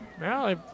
now